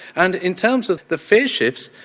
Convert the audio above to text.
and in terms of the face shifts,